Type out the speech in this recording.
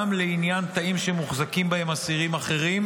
לעניין תאים שמוחזקים בהם אסירים אחרים,